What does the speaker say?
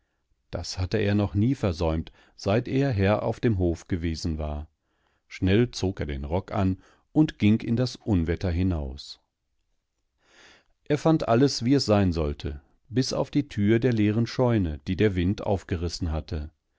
das hatte er noch nie versäumt seit er herr auf demhofgewesenwar schnellzogerdenrockanundgingindasunwetter hinaus er fand alles wie es sein sollte bis auf die tür der leeren scheune die der wind aufgerissen hatte